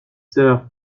sœur